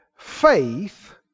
Faith